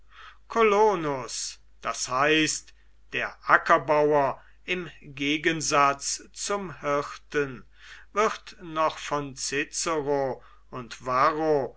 das heißt der ackerbauer im gegensatz zum hirten wird noch von cicero und varro